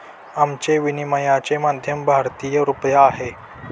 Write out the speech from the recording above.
आमचे विनिमयाचे माध्यम भारतीय रुपया आहे